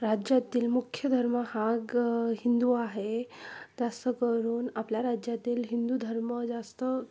राज्यातील मुख्य धर्म हा ग हिंदू आहे तसं करून आपल्या राज्यातील हिंदू धर्म जास्त